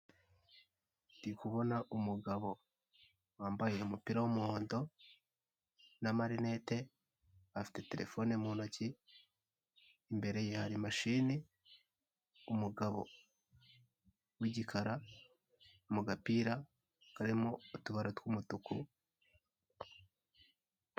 Ndi kubona umugabo wambaye umupira w'umuhondo n'amarinete, afite telefone mu ntoki, imbere ya hari mashini, umugabo w'igikara mu gapira karimo utubara tw'umutuku.